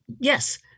Yes